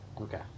okay